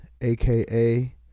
aka